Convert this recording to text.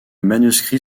manuscrit